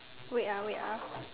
wait ah wait ah